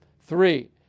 Three